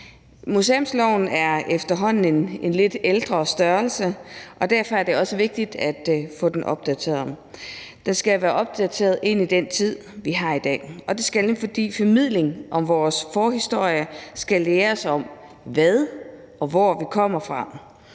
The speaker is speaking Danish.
Museumsloven er efterhånden en lidt ældre sag, og det er derfor også vigtigt at få den opdateret. Den skal opdateres, så den passer til den tid, vi har i dag, og det skal den, fordi formidlingen af vores forhistorie skal lære os om, hvad og hvor vi kommer fra,